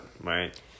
Right